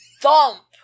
thump